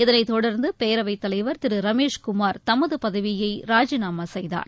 இதனைத் தொடர்ந்துபேரவைத் தலைவர் திருரமேஷ் குமார் தமதுபதவியைராஜினாமாசெய்தார்